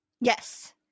Yes